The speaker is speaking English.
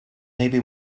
maybe